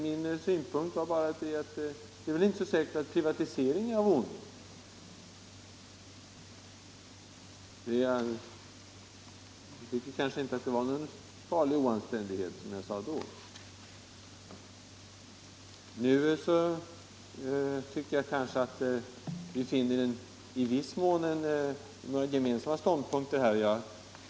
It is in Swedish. Min synpunkt var bara den, att det inte är så säkert att privatisering är av ondo. Jag tycker inte att det var någon farlig oanständighet. Nu tycker jag att vi har funnit vissa gemensamma ståndpunkter.